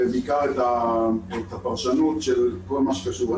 ובעיקר את הפרשנות של כל מה שקשור בהן.